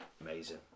Amazing